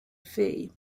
fee